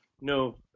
no